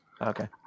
Okay